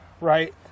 right